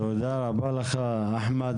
טוב, תודה רבה לך אחמד.